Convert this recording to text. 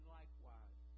likewise